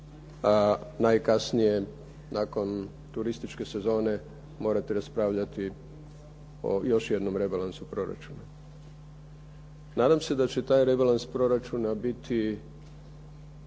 a najkasnije nakon turističke sezone morati raspravljati o još jednom rebalansu proračuna. Nadam se da će taj rebalans proračuna biti